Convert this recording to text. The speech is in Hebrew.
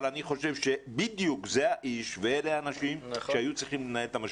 אבל אני חושב שבדיוק זה האיש ואלה האנשים שהיו צריכים לנהל את המשבר.